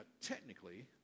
technically